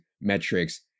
metrics